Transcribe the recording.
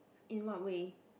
in what way